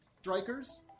Strikers